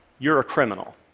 you're a criminal.